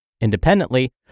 Independently